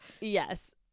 Yes